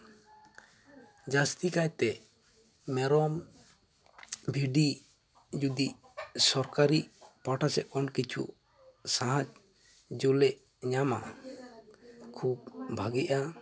ᱡᱟ ᱥᱛᱤ ᱠᱟᱭᱛᱮ ᱢᱮᱨᱚᱢ ᱵᱷᱤᱰᱤ ᱡᱩᱫᱤ ᱥᱚᱨᱠᱟᱨᱤ ᱯᱟᱦᱴᱟ ᱥᱮᱡ ᱠᱷᱚᱱ ᱠᱤᱪᱷᱩ ᱥᱟᱦᱟᱡᱽᱡᱚ ᱞᱮ ᱧᱟᱢᱟ ᱠᱷᱩᱵ ᱵᱷᱟᱜᱮᱜᱼᱟ